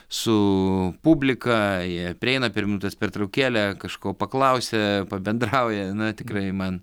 suuu publika jie prieina per minutės pertraukėlę kažko paklausia pabendrauja na tikrai man